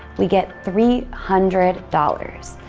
we get three hundred dollars.